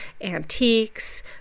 antiques